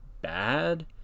bad